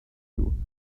you